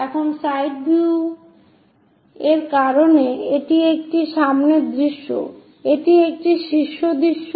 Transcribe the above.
এখন side view কারণ এটি একটি সামনের দৃশ্য এটি একটি শীর্ষ দৃশ্য